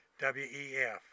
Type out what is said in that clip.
WEF